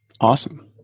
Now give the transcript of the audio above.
awesome